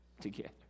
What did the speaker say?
together